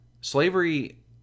Slavery